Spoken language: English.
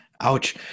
Ouch